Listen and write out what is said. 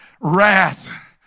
wrath